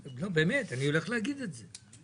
באמת, אני הולך להגיד את זה.